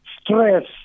stress